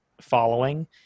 following